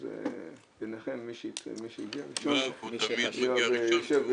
אז ביניכם מי שהגיע ראשון.